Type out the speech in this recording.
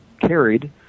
carried